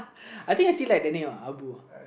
I think is he like the name ah abu ah